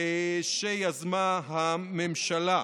שיזמה הממשלה.